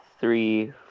three